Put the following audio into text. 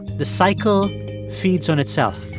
the cycle feeds on itself